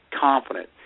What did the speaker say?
confident